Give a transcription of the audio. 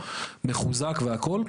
מחוזק והכל,